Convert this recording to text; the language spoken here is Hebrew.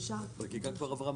החקיקה כבר עברה.